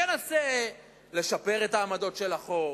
שינסה לשפר את העמדות של החוק,